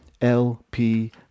LP